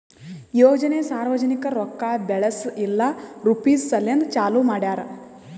ಯೋಜನೆ ಸಾರ್ವಜನಿಕ ರೊಕ್ಕಾ ಬೆಳೆಸ್ ಇಲ್ಲಾ ರುಪೀಜ್ ಸಲೆಂದ್ ಚಾಲೂ ಮಾಡ್ಯಾರ್